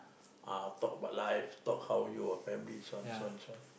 ah talk about your life talk about your family so on so on so on